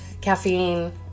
caffeine